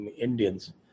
Indians